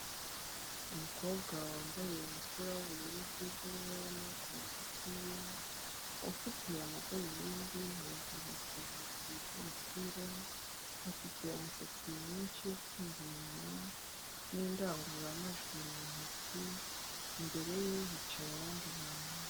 Umukobwa wambaye umupira w'ubururu bwijimye w'amaboko magufiya, afite amadarubindi hejuru ku ijosi ry'umupira afite umusatsi mwinshi ufungiye inyuma n'indangururamajwi mu ntoki imbere ye yicaye abandi bantu.